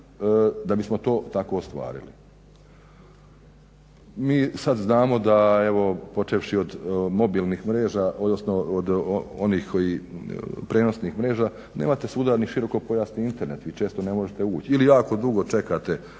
da bismo to tako ostvarili. Mi sad znamo da evo počevši od mobilnih mreža, odnosno od onih prenosnih mreža nemate svuda ni širokopojasni Internet. Vi često ne možete ući ili jako dugo čekate